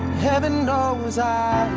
heaven knows i